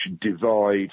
divide